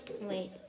Wait